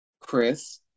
Chris